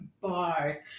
Bars